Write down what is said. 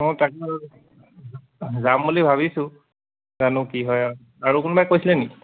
অঁ যাম বুলি ভাবিছোঁ জানো কি হয় আৰু কোনোবাই কৈছিলে নি